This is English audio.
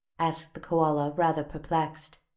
asked the koala, rather perplexed.